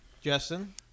Justin